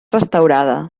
restaurada